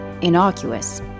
innocuous